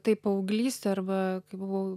tai paauglystė arba kai buvau